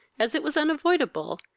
as it was unavoidable,